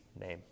name